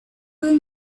will